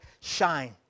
shine